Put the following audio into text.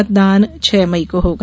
मतदान छह मई को होगा